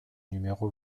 numéro